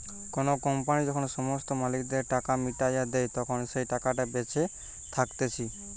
কোনো কোম্পানি যখন সমস্ত মালিকদের টাকা মিটাইয়া দেই, তখন যেই টাকাটা বেঁচে থাকতিছে